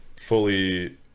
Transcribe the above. fully